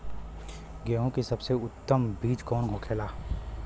गेहूँ की सबसे उत्तम बीज कौन होखेला?